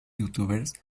youtubers